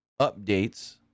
updates